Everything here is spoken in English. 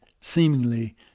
seemingly